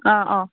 ꯑꯥ ꯑꯥ